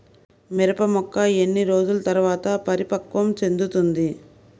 మిరప మొక్క ఎన్ని రోజుల తర్వాత పరిపక్వం చెందుతుంది?